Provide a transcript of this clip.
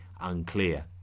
unclear